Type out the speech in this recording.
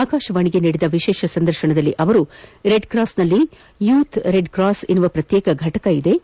ಆಕಾಶವಾಣಿಗೆ ನೀಡಿದ ವಿಶೇಷ ಸಂದರ್ಶನದಲ್ಲಿ ಅವರು ರೆಡ್ ಕ್ರಾಸ್ನಲ್ಲಿ ಯೂಥ್ ರೆಡ್ ಕ್ರಾಸ್ ಎಂಬ ಪ್ರತ್ಯೇಕ ಘಟಿಕವಿದ್ದು